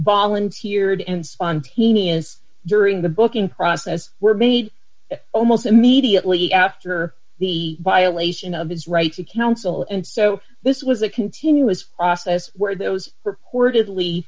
did and spontaneous during the booking process were made almost immediately after the violation of his right to counsel and so this was a continuous process where those purportedly